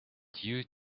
you